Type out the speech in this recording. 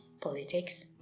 politics